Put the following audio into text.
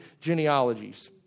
genealogies